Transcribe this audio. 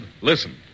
listen